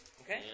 Okay